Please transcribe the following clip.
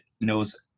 knows